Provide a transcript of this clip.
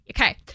Okay